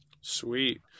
Sweet